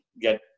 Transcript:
get